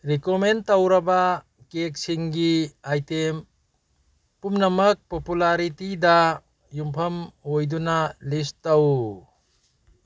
recommend ꯇꯧꯔꯕ ꯀꯦꯛꯁꯤꯡꯒꯤ item ꯄꯨꯝꯅꯃꯛ ꯄꯣꯄꯨꯂꯔꯤꯇꯤꯗ ꯌꯨꯝꯐꯝ ꯑꯣꯏꯗꯨꯅ ꯂꯤꯁ ꯇꯧ